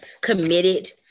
committed